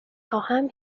خواهم